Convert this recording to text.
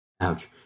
Ouch